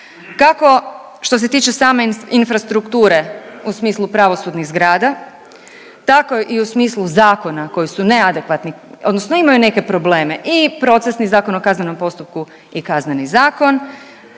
kako što se tiče same infrastrukture u smislu pravosudnih zgrada tako i u smislu zakona koji su neadekvatni odnosno imaju neke probleme i procesni Zakon o kaznenom postupku i Kazneni zakon